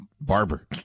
barber